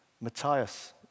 Matthias